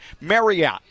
Marriott